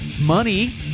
money